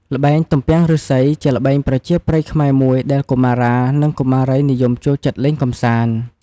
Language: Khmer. ល្បែង ទំពាំងឬស្សី ជាល្បែងប្រជាប្រិយខ្មែរមួយដែលកុមារា និងកុមារីនិយមចូលចិត្តលេងកំសាន្ត។